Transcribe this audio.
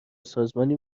سازمانی